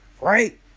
right